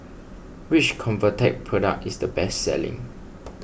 which Convatec product is the best selling